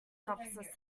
officer